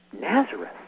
Nazareth